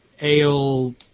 ale